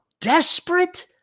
desperate